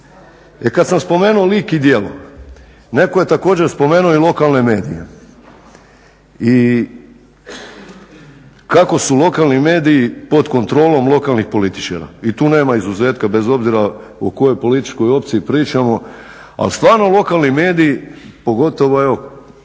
Kad sam spomenuo lik i djelo, netko je također spomenuo i lokalne medije i kako su lokalni mediji pod kontrolom lokalnih političara i tu nema izuzetka, bez obzira o kojoj političkoj opciji pričamo, ali stvarno lokalni mediji pogotovo,